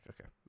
Okay